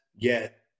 get